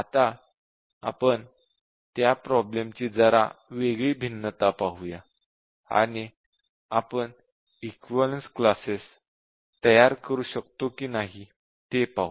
आता आपण त्या प्रॉब्लेम ची जरा वेगळी भिन्नता पाहूया आणि आपण इक्विवलेन्स क्लासेस तयार करू शकतो की नाही ते पाहू